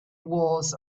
was